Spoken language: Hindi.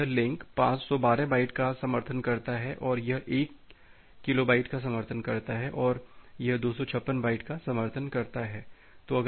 तो यह लिंक 512 बाइट का समर्थन करता है यह 1KB का समर्थन करता है और यह 256 बाइट का समर्थन करता है